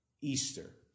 Easter